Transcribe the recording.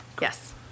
Yes